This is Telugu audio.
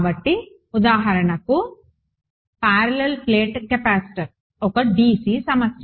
కాబట్టి ఉదాహరణకు పారలెల్ ప్లేట్ కెపాసిటర్ ఒక dc సమస్య